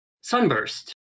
Sunburst